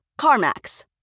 CarMax